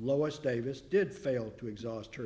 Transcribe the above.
lois davis did fail to exhaust her